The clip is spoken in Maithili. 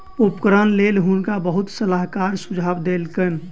उपकरणक लेल हुनका बहुत सलाहकार सुझाव देलकैन